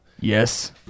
Yes